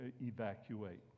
evacuate